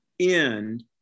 End